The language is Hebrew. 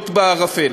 לוט בערפל.